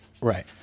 Right